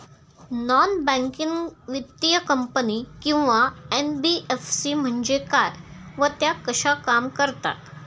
Non banking वित्तीय कंपनी किंवा एन.बी.एफ.सी म्हणजे काय व त्या कशा काम करतात?